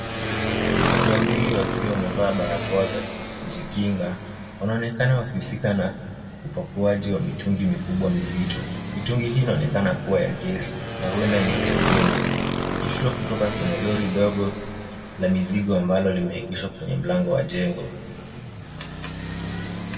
Watu wawili wakiwa wamevaa barakoa za kujinga wanaonekana wakiuzika na upakuaji wa mitungi mikubwa mizito, mitungi hii inaonekana kuwa ya kezi na uenda ni oksijeni ikishukishwa kutoka kwenye lori ndogo la mizigo ambalo limeegeshwa kwenye mlango wa jengo.